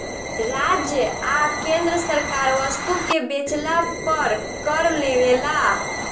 राज्य आ केंद्र सरकार वस्तु के बेचला पर कर लेवेला